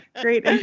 Great